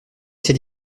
c’est